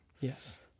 Yes